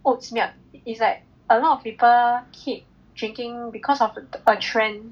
oat's milk is like a lot of people keep drinking because of the a trend